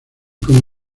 como